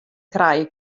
krije